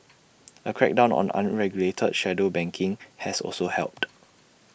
A crackdown on unregulated shadow banking has also helped